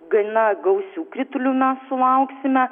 gana gausių kritulių mes sulauksime